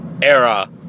Era